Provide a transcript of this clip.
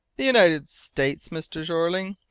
the united states, mr. jeorling?